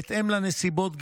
בהתאם לנסיבות,